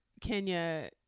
Kenya